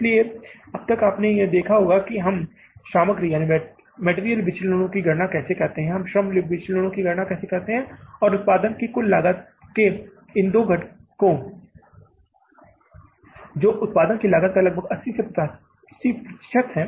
इसलिए अब तक आपने देखा होगा कि हम सामग्रीमटेरियल विचलनों की गणना कैसे करते हैं हम श्रम विचलनों की गणना कैसे करते हैं और उत्पाद की कुल लागत के इन दो घटकों की वे किसी तरह मतलब रखते हैं जो उत्पाद की लागत का लगभग 80 से 85 प्रतिशत है